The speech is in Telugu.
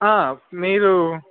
మీరు